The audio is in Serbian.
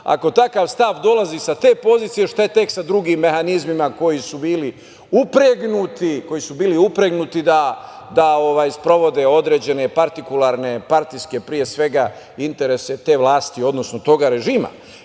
ako takav stav dolazi sa te pozicije, šta je tek sa drugim mehanizmima koji su bili upregnuti da sprovode određene partikularne, partijske pre svega i interese te vlasti, odnosno toga